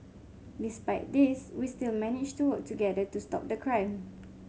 despite these we still managed to work together to stop the crime